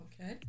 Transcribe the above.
Okay